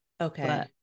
okay